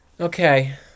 Okay